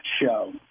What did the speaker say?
show